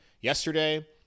yesterday